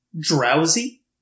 Drowsy